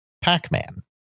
Pac-Man